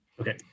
Okay